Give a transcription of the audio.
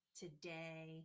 today